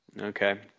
Okay